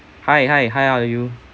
hi hi hi how are you